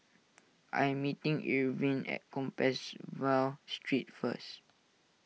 I am meeting Irvin at Compassvale Street first